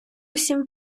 сім